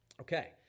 Okay